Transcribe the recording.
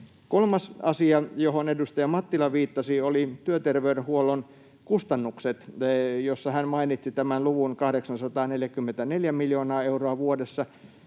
Kolmas asia, johon edustaja Mattila viittasi, on työterveyshuollon kustannukset, joista hän mainitsi tämän luvun 844 miljoonaa euroa vuodessa